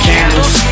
Candles